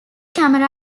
camera